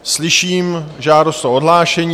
Slyším žádost o odhlášení.